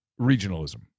regionalism